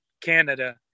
Canada